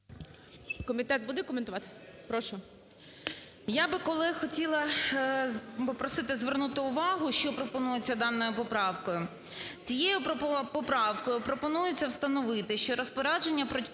колег хотіла попросити звернути увагу, що пропонується даною поправкою. Цією поправкою пропонується встановити, що розпорядження про